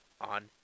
on